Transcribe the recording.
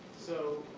so